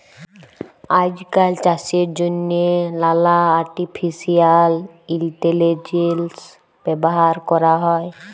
আইজকাল চাষের জ্যনহে লালা আর্টিফিসিয়াল ইলটেলিজেলস ব্যাভার ক্যরা হ্যয়